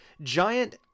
Giant